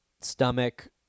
Stomach